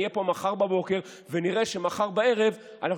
אני אהיה פה מחר בבוקר ונראה שמחר בערב אנחנו